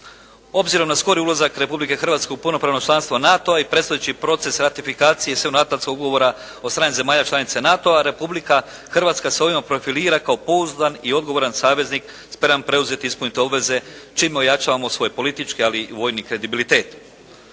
Obzirom na skori ulazak Republike Hrvatske u punopravno članstvo NATO-a i predstojeći proces ratifikacije …/Govornik se ne razumije./… ugovora od strane zemalja članica NATO-a Republika Hrvatske se ovdje profilira kao pouzdan i odgovoran saveznik spram preuzete …/Govornik se ne razumije./… obveze čime jačamo svoj politički ali i vojni kredibilitet.